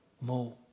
more